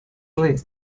leads